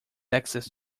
access